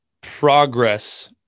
progress